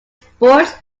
sports